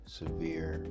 severe